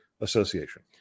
association